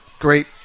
Great